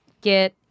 get